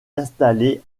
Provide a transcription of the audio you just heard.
installé